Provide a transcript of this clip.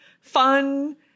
fun